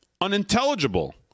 unintelligible